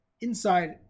inside